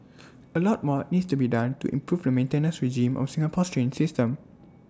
A lot more needs to be done to improve the maintenance regime of Singapore's train system